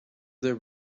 there